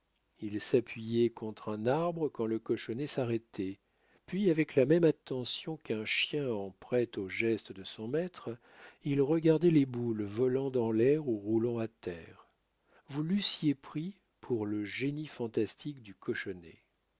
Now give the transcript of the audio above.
il s'appuyait contre un arbre quand le cochonnet s'arrêtait puis avec la même attention qu'un chien en prête aux gestes de son maître il regardait les boules volant dans l'air ou roulant à terre vous l'eussiez pris pour le génie fantastique du cochonnet